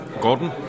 Gordon